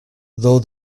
though